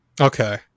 Okay